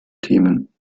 themen